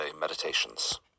Meditations